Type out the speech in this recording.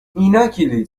ایناکیلویی